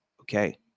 Okay